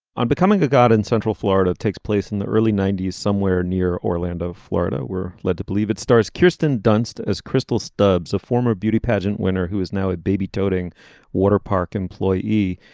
on becoming a god in central florida takes place in the early ninety s somewhere near orlando florida. we're led to believe it stars kirsten dunst as krystal stubbs a former beauty pageant winner who is now a baby toting waterpark employee.